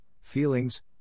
feelings